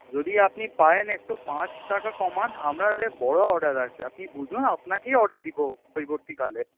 যদি আপনি পারেন একটু পাঁচ টাকা কমান আমাদের বড় অর্ডার আছে আপনি বুঝুন আপনাকেই অর্ডার দেব পরবর্তীকালে